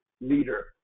leader